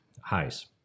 highs